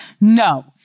No